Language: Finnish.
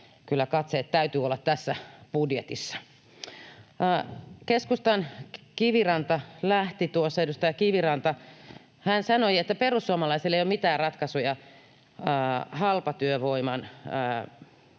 katseiden täytyy olla tässä budjetissa. Keskustan edustaja Kiviranta lähti tuossa. Hän sanoi, että perussuomalaisilla ei ole mitään ratkaisuja halpatyövoiman